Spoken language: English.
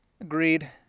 agreed